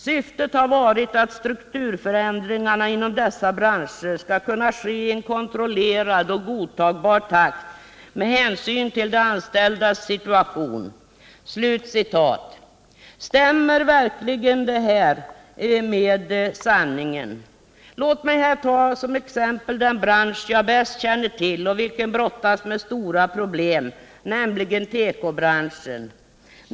Syftet har varit att strukturförändringarna inom dessa branscher skall kunna ske i en kontrollerad och godtagbar takt som tar hänsyn till de anställdas situation.” Stämmer verkligen detta överens med sanningen? Låt mig här som exempel ta den bransch som jag bäst känner till och som brottas med stora problem, nämligen tekobranschen.